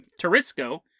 Tarisco